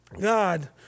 God